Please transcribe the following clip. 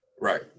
Right